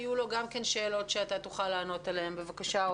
בבקשה.